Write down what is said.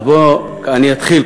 אז אני אתחיל.